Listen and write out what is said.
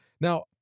Now